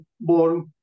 born